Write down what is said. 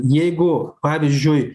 jeigu pavyzdžiui